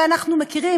הרי אנחנו מכירים,